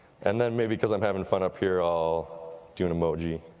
and then maybe because i'm having fun up here i'll do an emoji.